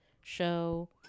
show